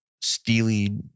steely-